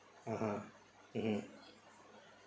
ah ha mmhmm